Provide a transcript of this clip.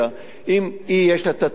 אם יש לה טענה,